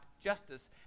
justice